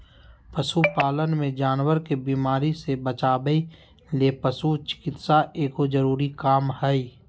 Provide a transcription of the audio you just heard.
पशु पालन मे जानवर के बीमारी से बचावय ले पशु चिकित्सा एगो जरूरी काम हय